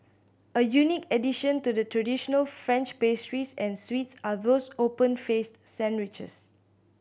a unique addition to the traditional French pastries and sweets are those open faced sandwiches